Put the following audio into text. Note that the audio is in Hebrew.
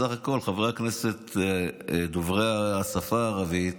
בסך הכול, חברי הכנסת דוברי השפה הערבית